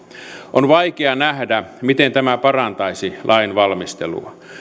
on vaikea nähdä miten tämä parantaisi lainvalmistelua